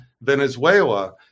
Venezuela